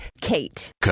Kate